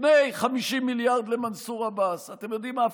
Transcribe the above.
לפני 50 מיליארד למנסור עבאס, אתם יודעים מה?